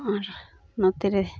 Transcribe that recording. ᱟᱨ ᱱᱚᱛᱮᱨᱮ